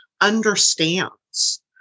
understands